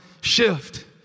shift